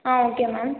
ah okay ma'am